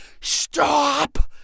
stop